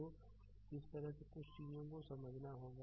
तो इस तरह से कुछ चीजों को समझना होगा